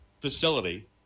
facility